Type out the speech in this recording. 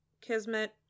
Kismet